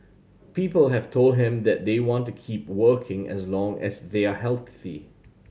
people have told him that they want to keep working as long as they are healthy